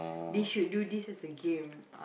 they should do this as a game